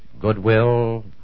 goodwill